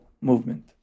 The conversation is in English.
movement